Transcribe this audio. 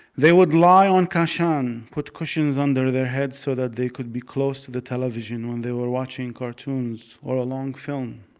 they would lie on kashan, put cushions under their heads so that they could be close to the television when they were watching cartoons or a long film.